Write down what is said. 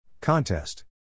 Contest